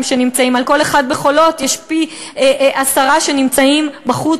שנמצאים על כל אחד ב"חולות" יש עשרה שנמצאים בחוץ,